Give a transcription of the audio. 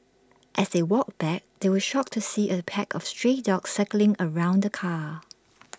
as they walked back they were shocked to see A pack of stray dogs circling around the car